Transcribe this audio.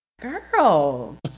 girl